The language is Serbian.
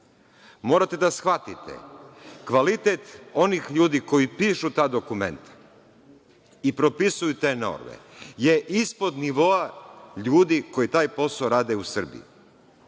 Morate da shvatitekvalitet onih ljudi koji pišu ta dokumenta i propisuju te norme, je ispod nivoa ljudi koji taj posao rade u Srbiji.